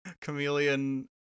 Chameleon